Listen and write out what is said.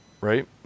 right